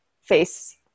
face